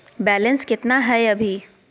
Balance केतना हय अभी?